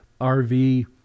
RV